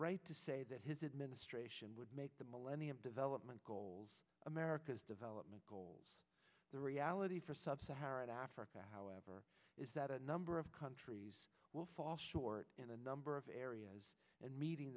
right to say that his administration would make the millennium development goals americas development goals the reality for sub saharan africa however is that a number of countries will fall short in a number of areas and meeting